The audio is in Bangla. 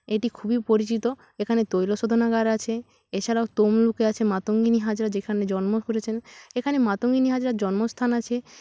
এটি খুবই পরিচিত এখানে তৈল শোধনাগার আছে এছাড়াও তমলুকে আছে মাতঙ্গিনী হাজরা যেখানে জন্ম করেছেন এখানে মাতঙ্গিনী হাজরার জন্মস্থান আছে